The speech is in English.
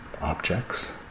objects